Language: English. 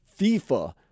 FIFA